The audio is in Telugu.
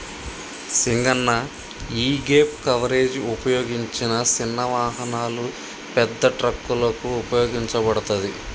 సింగన్న యీగేప్ కవరేజ్ ఉపయోగించిన సిన్న వాహనాలు, పెద్ద ట్రక్కులకు ఉపయోగించబడతది